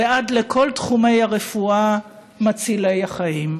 ועד לכל תחומי הרפואה מצילי החיים.